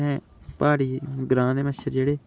प्हाड़ी ग्रांऽ दे मच्छर जेह्ड़े